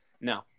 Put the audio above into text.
No